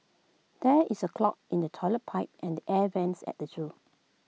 there is A clog in the Toilet Pipe and the air Vents at the Zoo